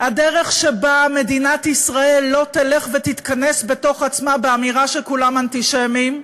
הדרך שבה מדינת ישראל לא תלך ותתכנס בתוך עצמה באמירה שכולם אנטישמים,